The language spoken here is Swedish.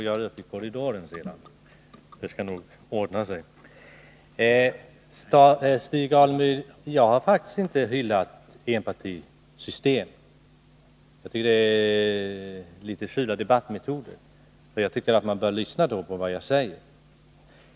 Herr talman! Jag gillar faktiskt inte enpartisystem, Stig Alemyr. Det är litet fula debattmetoder att påstå något annat. Man bör lyssna på vad jag säger.